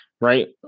right